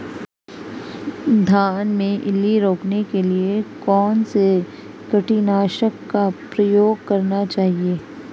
धान में इल्ली रोकने के लिए कौनसे कीटनाशक का प्रयोग करना चाहिए?